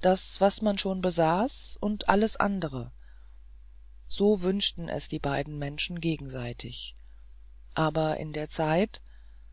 das was man schon besaß und alles andere so wünschten es die beiden menschen gegenseitig aber in der zeit